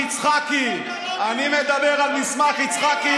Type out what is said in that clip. אני מדבר על מסמך יצחקי, סגלוביץ'.